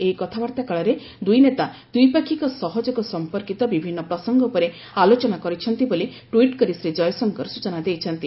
ଏହି କଥାବାର୍ତ୍ତା କାଳରେ ଦୁଇ ନେତା ଦ୍ୱିପାକ୍ଷିକ ସହଯୋଗ ସଂପର୍କିତ ବିଭିନ୍ନ ପ୍ରସଙ୍ଗ ଉପରେ ଆଲୋଚନା କରିଛନ୍ତି ବୋଲି ଟ୍ୱିଟ୍ କରି ଶ୍ରୀ ଜୟଶଙ୍କର ସୂଚନା ଦେଇଛନ୍ତି